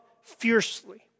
fiercely